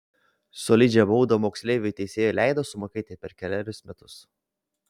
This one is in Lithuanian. solidžią baudą moksleiviui teisėja leido sumokėti per kelerius metus